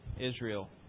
Israel